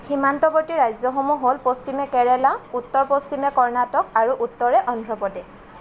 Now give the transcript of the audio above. সীমান্তৱৰ্তী ৰাজ্যসমূহ হ'ল পশ্চিমে কেৰেলা উত্তৰ পশ্চিমে কৰ্ণাটক আৰু উত্তৰে অন্ধ্ৰপ্ৰদেশ